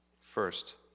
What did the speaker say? First